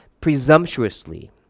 presumptuously